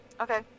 okay